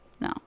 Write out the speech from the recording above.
No